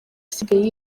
isigaye